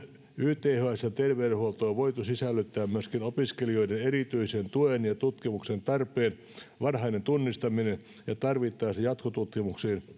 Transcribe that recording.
ythsn terveydenhuoltoon voitu sisällyttää myöskin opiskelijoiden erityisen tuen ja tutkimuksen tarpeen varhainen tunnistaminen ja tarvittaessa jatkotutkimuksiin